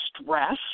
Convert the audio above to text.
stress